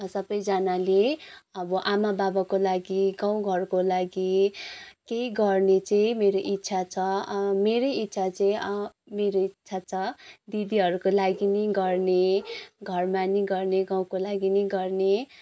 सबैजनाले अब आमा बाबाको लागि गाउँ घरको लागि केही गर्ने चाहिँ मेरो इच्छा छ मेरै इच्छा चाहिँ मेरो इच्छा छ दिदीहरूको लागि पनि गर्ने घरमा पनि गर्ने गाउँको लागि पनि गर्ने